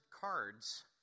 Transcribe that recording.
cards